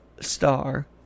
star